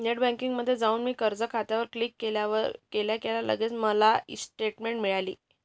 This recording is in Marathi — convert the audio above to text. नेट बँकिंगमध्ये जाऊन मी कर्ज खात्यावर क्लिक केल्या केल्या लगेच मला ई स्टेटमेंट मिळाली